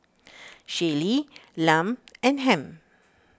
Shaylee Lum and Hamp